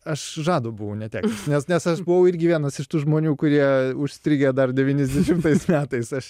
aš žado buvo netekęs nes nes aš buvau irgi vienas iš tų žmonių kurie užstrigę dar devyniasdešimtais metais aš